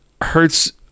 hurts